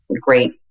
great